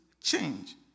change